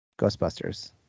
Ghostbusters